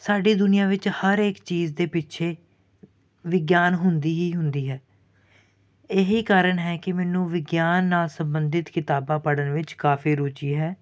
ਸਾਡੀ ਦੁਨੀਆ ਵਿੱਚ ਹਰ ਇੱਕ ਚੀਜ਼ ਦੇ ਪਿੱਛੇ ਵਿਗਿਆਨ ਹੁੰਦੀ ਹੀ ਹੁੰਦੀ ਹੈ ਇਹੀ ਕਾਰਨ ਹੈ ਕਿ ਮੈਨੂੰ ਵਿਗਿਆਨ ਨਾਲ ਸੰਬੰਧਿਤ ਕਿਤਾਬਾਂ ਪੜ੍ਹਨ ਵਿੱਚ ਕਾਫੀ ਰੁਚੀ ਹੈ